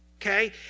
okay